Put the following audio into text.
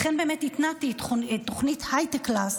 לכן באמת התנעתי את תוכנית "הייטק קלאס",